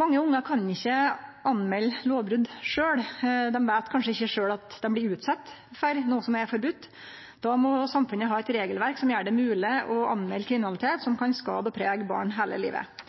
Mange ungar kan ikkje politimelde lovbrot sjølv. Dei veit kanskje ikkje sjølv at dei blir utsette for noko som er forbode. Då må samfunnet ha eit regelverk som gjer det mogleg å politimelde kriminalitet som kan skade og prege barn heile livet.